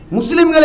Muslim